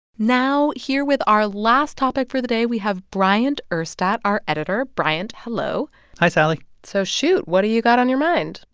now, here with our last topic for the day, we have bryant urstadt, our editor. bryant, hello hi, sally so shoot. what do you got on your mind?